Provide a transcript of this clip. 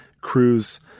crews